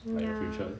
ya